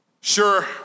Sure